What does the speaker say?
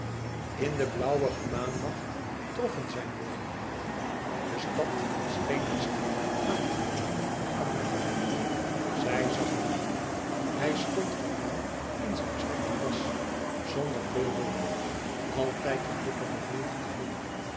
in den blauwigen maannacht troffen zijne woorden haar de stad scheen mystiek aan te golven aan hare voeten ij e ids aargang ij zag hem aan hij stond voor haar in zijn zwarte jas zonder veel linnen altijd een dikke beleefde heer